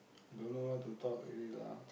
don't know what to talk already lah